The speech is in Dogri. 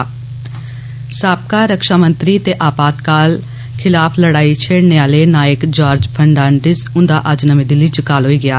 सबका रक्षामंत्री ते आपातकाल खिलाफ लड़ाई छेड़ने आले नायक जार्ज फर्नाडिस हुन्दा अज्ज नमीं दिल्ली च काल होई गेआ